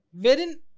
Wherein